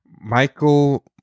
Michael